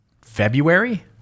February